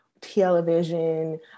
television